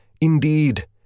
Indeed